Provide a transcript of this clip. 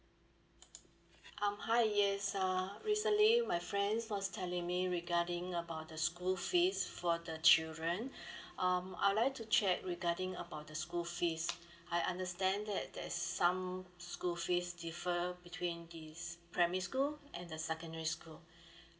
um hi yes uh recently my friends was telling me regarding about the school fees for the children um I'd like to check regarding about the school fees I understand that there's some school fees differ between this primary school and the secondary school